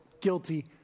guilty